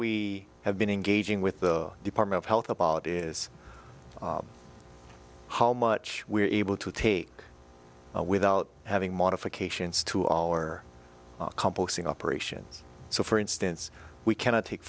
we have been engaging with the department of health about is how much we're able to take without having modifications to our composting operations so for instance we cannot take